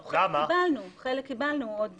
חלק קיבלנו עוד